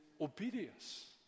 obedience